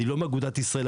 אני לא מאגודת ישראל,